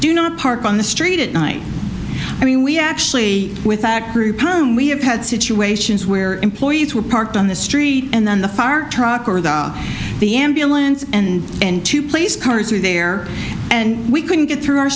do not park on the street at night i mean we actually without groupon we have had situations where employees were parked on the street and then the fire truck or the ambulance and into place cars were there and we couldn't get through our